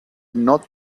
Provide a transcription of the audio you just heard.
not